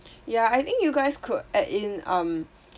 ya I think you guys could add in um